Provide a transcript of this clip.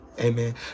Amen